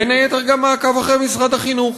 בין היתר גם מעקב אחרי משרד החינוך,